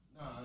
No